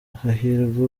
hahirwa